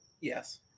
Yes